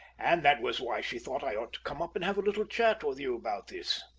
and that was why she thought i ought to come up and have a little chat with you about this.